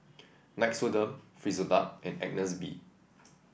Nixoderm Frisolac and Agnes B